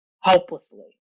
helplessly